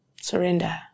Surrender